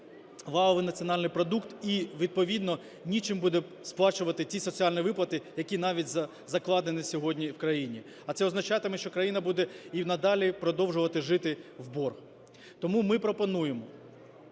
валовий національний продукт і, відповідно, нічим буде сплачувати ті соціальні виплати, які навіть закладені сьогодні в країні, а це означатиме, що країна буде і надалі продовжувати жити в борг. Тому ми пропонуємо,